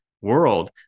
world